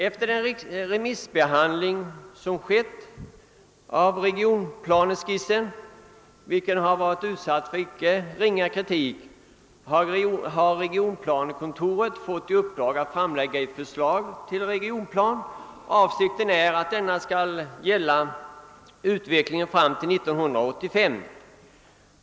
Efter remissbehandlingen av regionplaneskissen, vilken har varit utsatt för icke ringa kritik, har regionplanekontoret fått i uppdrag att framlägga ett förslag till regionplan. Avsikten är att denna skall gälla utvecklingen fram till 1985.